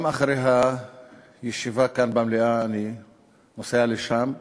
גם אחרי הישיבה כאן במליאה אני נוסע לשם,